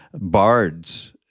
bards